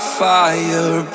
fire